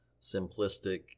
simplistic